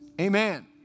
amen